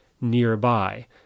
nearby